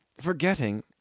Forgetting